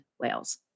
Wales